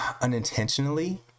unintentionally